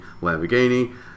Lamborghini